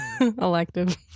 elective